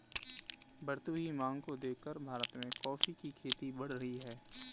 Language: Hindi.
बढ़ती हुई मांग को देखकर भारत में कॉफी की खेती बढ़ रही है